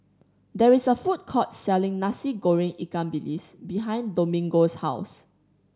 there is a food court selling Nasi Goreng ikan bilis behind Domingo's house